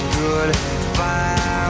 goodbye